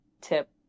tip